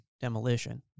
demolition